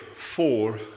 four